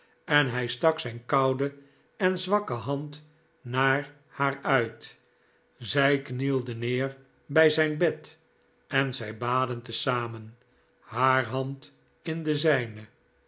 en hij stak zijn koude en zwakke hand naar haar uit zij knielde neer bij zijn bed en zij baden te zamen haar hand in de zijne